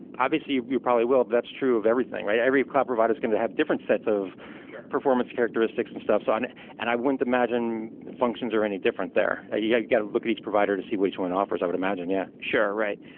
obviously, you probably will. that's true of everything, right? every cloud provider is going to have different sets of performance characteristics and stuffs on it. and i wouldn't imagine functions are any different there. you yeah got to look at each provider to see what each one offers, i would imagine. yeah sure. right.